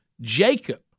Jacob